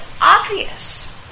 obvious